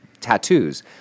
tattoos